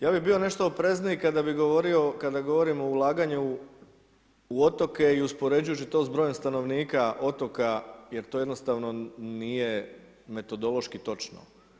Ja bi bio nešto oprezniji, kada bi govorio, kada govorim o ulaganju u otoke i uspoređujući to s brojem stanovnika otoka, jer ot jednostavno nije metodološki točno.